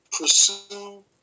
pursue